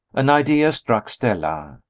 an idea struck stella.